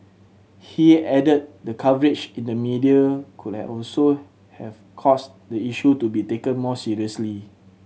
he added the coverage in the media could also have caused the issue to be taken more seriously